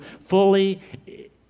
fully